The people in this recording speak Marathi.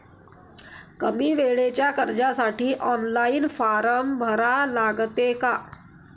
कमी वेळेच्या कर्जासाठी ऑनलाईन फारम भरा लागते का?